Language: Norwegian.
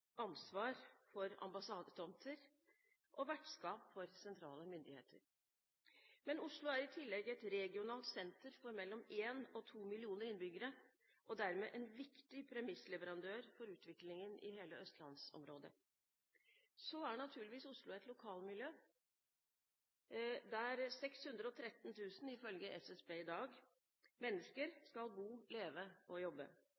for ambassadetomter og vertskap for sentrale myndigheter. Men Oslo er i tillegg et regionalt senter for mellom 1 og 2 millioner innbyggere, og dermed en viktig premissleverandør for utviklingen i hele østlandsområdet. Så er naturligvis Oslo et lokalmiljø der 613 000 mennesker, ifølge SSB, i dag skal bo, leve og jobbe.